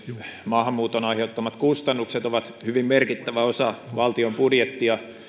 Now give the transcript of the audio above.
maahanmuuton aiheuttamat kustannukset ovat hyvin merkittävä osa valtion budjettia